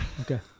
Okay